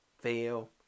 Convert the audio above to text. fail